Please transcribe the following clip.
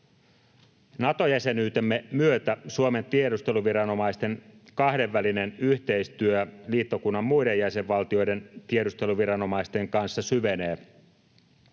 Nato-jäsenyytemme myötä Suomen tiedusteluviranomaisten kahdenvälinen yhteistyö liittokunnan muiden jäsenvaltioiden tiedusteluviranomaisten kanssa syvenee.